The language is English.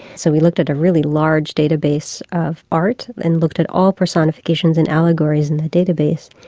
so we looked at a really large database of art and looked at all personifications and allegories in the database.